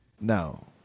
No